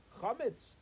chametz